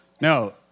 No